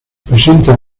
presenta